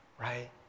right